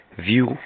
view